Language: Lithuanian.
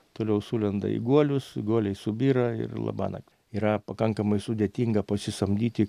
toliau sulenda į guolius guoliai subyra ir labanakt yra pakankamai sudėtinga pasisamdyti